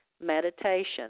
Meditation